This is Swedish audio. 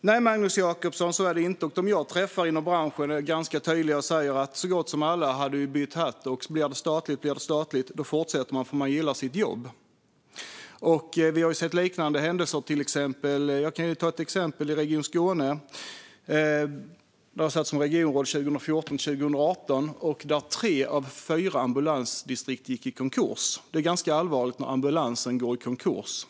Nej, Magnus Jacobsson, så är det inte. De som jag träffar inom branschen är ganska tydliga och säger att så gott som alla skulle ha bytt hatt. Blir det statligt fortsätter man för att man gillar sitt jobb. Vi har sett liknande händelser. Jag kan ta ett exempel från Region Skåne, där jag var regionråd 2014-2018. Där gick tre av fyra ambulansdistrikt i konkurs, och det är ganska allvarligt när ambulansverksamheten går i konkurs.